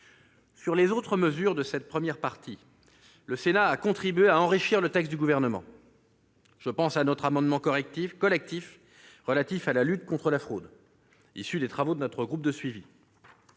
Sur les autres mesures de cette première partie, le Sénat a contribué à enrichir le texte du Gouvernement. Je pense à notre amendement collectif relatif à la lutte contre la fraude, issu des travaux de notre groupe de suivi,